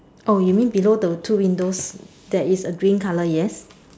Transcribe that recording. oh you mean below the two windows there is a green colour yes